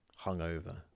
hungover